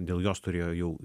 dėl jos turėjo jau